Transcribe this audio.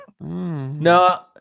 No